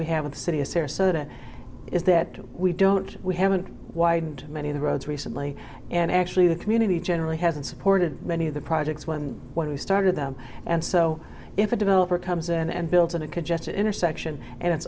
we have in the city is sarasota is that we don't we haven't widened many of the roads recently and actually the community generally hasn't supported many of the projects when when we started them and so if a developer comes and builds in a congested intersection and it's